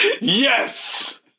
Yes